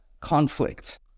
Conflict